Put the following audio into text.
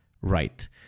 right